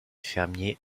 fermier